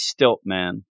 Stiltman